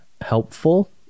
helpful